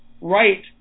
right